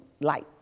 light